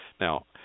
Now